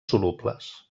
solubles